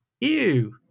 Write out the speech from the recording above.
Ew